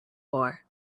war